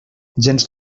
gens